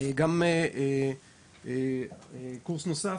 וגם קורס נוסף,